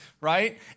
right